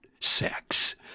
sex